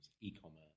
e-commerce